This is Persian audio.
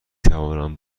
توانم